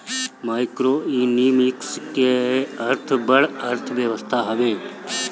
macroeconomics के अर्थ बड़ अर्थव्यवस्था हवे